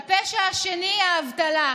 הפשע השני, האבטלה.